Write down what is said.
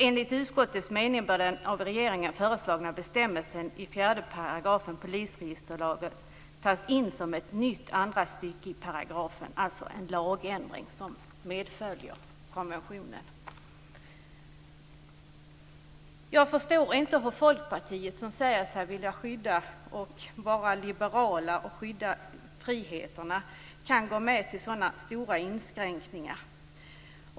Enligt utskottsmajoritetens mening bör den av regeringen föreslagna bestämmelsen i 4 § polisregisterlagen tas in som ett nytt andra stycke i paragrafen, alltså en lagändring som medföljer konventionen. Jag förstår inte hur Folkpartiet, som säger sig vara liberalt och skydda friheterna, kan gå med på så stora inskränkningar.